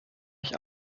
ich